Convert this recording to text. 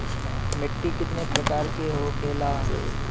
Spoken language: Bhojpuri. मिट्टी कितने प्रकार के होखेला?